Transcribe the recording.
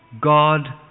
God